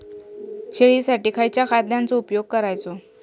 शेळीसाठी खयच्या खाद्यांचो उपयोग करायचो?